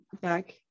back